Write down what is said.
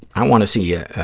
i want to see yeah